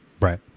Right